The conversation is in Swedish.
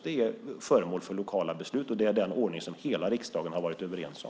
Det är föremål för lokala beslut, och det är den ordning som hela riksdagen har varit överens om.